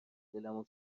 دلمو